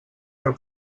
per